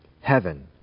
heaven